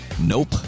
Nope